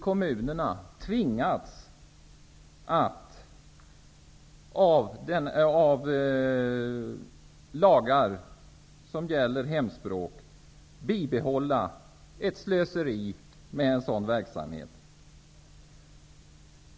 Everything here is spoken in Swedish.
Kommunerna har tvingats av lagar som gäller hemspråksundervisningen att bibehålla ett slöseri i verksamheten.